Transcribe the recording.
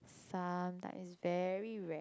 sometime it's very rare